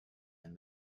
and